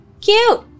cute